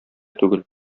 түгел